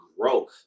growth